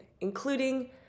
including